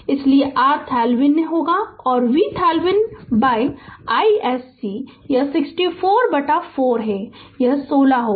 इसलिए RThevenin होगा VThevenin by isc यह 64 बटा 4 है यह सोलह होगा